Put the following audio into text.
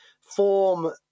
form